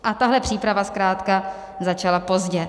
A tahle příprava zkrátka začala pozdě.